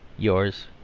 yours,